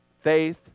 Faith